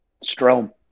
Strom